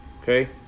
Okay